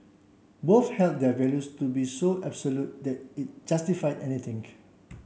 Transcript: both held their values to be so absolute that it justified